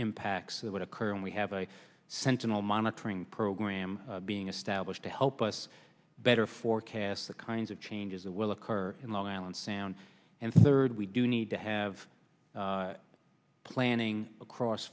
impacts that would occur and we have a sentinel monitoring program being established to help us better forecast the kinds of changes that will occur in long island sound and third we do need to have planning across